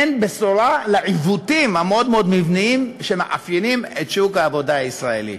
אין בשורה לעיוותים המאוד-מאוד מבניים שמאפיינים את שוק העבודה הישראלי.